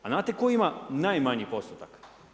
A znate tko ima najmanji postotak?